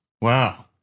wow